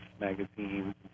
Magazine